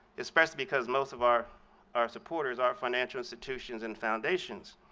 especially because most of our our supporters are financial institutions and foundations.